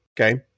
okay